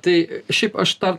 tai šiaip aš tą